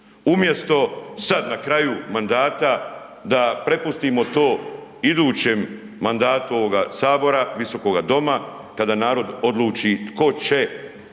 umjesto sad na kraju mandata da prepustimo to idućem mandatu ovoga sabora, visokoga doma, kada narod odluči tko će